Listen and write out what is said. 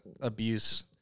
abuse